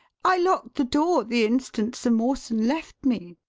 i locked the door the instant sir mawson left me.